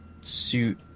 suit